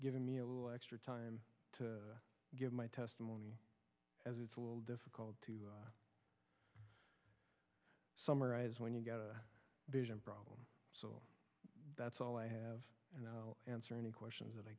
giving me a little extra time to give my testimony as it's a little difficult to summarize when you've got a vision problem that's all i have and answer any questions that i